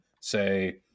say